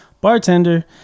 bartender